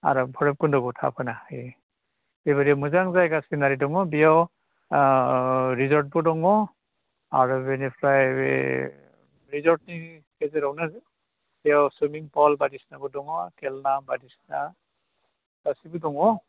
आरो बैरब खुन्दखौ थाफैनो हायो बेबायदि मोजां जायगा सिनारि दङ बेयाव रिजर्टबो दङ आरो बेनिफ्राय बे रिजर्टनि गेजेरावनो बेयाव सुइमिं फल बायदिसिनाबो दङ खेलना बायदिसिना गासिबो दङ